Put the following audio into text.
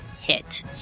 hit